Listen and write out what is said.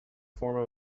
form